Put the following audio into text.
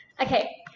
Okay